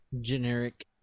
generic